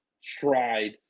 stride